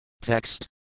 Text